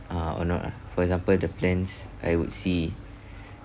uh or not ah for example the plans I would see